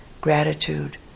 gratitude